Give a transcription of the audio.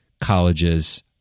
college's